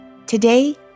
Today